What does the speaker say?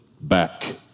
back